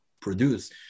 produce